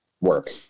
work